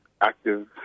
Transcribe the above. active